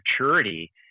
maturity